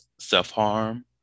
self-harm